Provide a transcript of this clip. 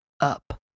up